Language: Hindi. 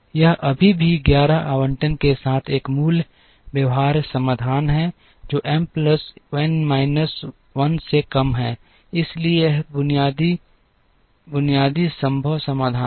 यह अभी भी 11 आवंटन के साथ एक मूल व्यवहार्य समाधान है जो एम प्लस एन माइनस 1 से कम है इसलिए यह एक बुनियादी बुनियादी संभव समाधान है